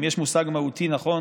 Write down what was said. אם יש מושג מהותי נכון